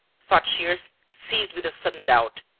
thought shears, seized with a sudden doubt.